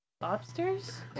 Lobsters